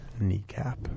kneecap